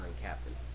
captain